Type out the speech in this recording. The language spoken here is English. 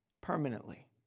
permanently